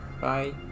bye